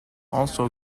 also